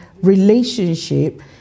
relationship